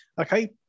Okay